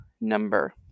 Number